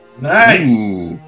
Nice